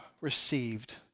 received